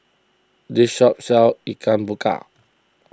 this shop sells Ikan Bakar